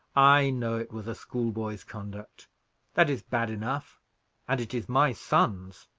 i know it was a schoolboy's conduct that is bad enough and it is my son's,